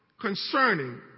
concerning